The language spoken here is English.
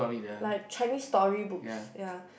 like Chinese story books ya